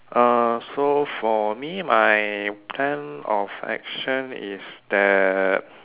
uh so for me my plan of action is that